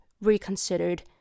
reconsidered